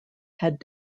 had